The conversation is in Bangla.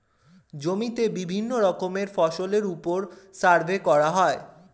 জমিতে বিভিন্ন রকমের ফসলের উপর সার্ভে করা হয়